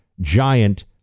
giant